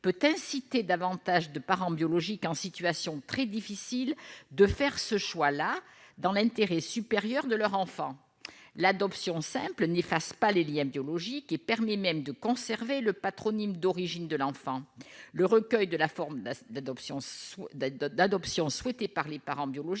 peut inciter davantage de parents biologiques en situation très difficile de faire ce choix-là dans l'intérêt supérieur de leur enfant l'adoption simple n'efface pas les Liens biologiques et permet même de conserver le patronyme d'origine de l'enfant, le recueil de la forme d'adoption sous d'être d'adoption souhaitées par les parents biologiques